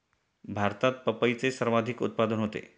भारतात पपईचे सर्वाधिक उत्पादन होते